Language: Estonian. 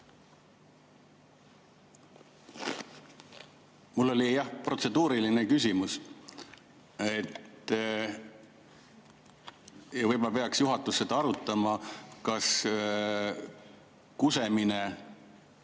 Mul on jah protseduuriline küsimus. Võib-olla peaks juhatus arutama, kas "kusemine"